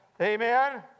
Amen